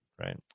right